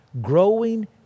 growing